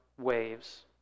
waves